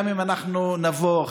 גם אם אנחנו נבוא,